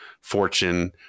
fortune